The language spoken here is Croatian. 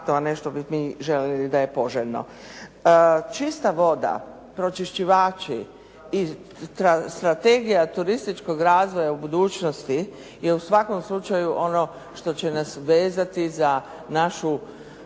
a ne što bi mi željeli da je poželjno. Čista voda, pročišćivači i strategija turističkog razvoja u budućnosti je u svakom slučaju ono što će nas vezati za našu,